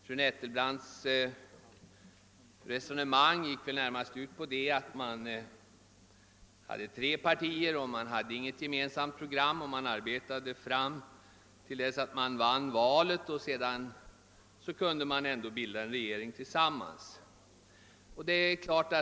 Fru Nettelbrandts resonemang gick ut på att man hade tre partier men inget gemensamt program. Man arbetade till dess att valet var vunnet; sedan kunde man ju ändå tillsammans bilda en regering.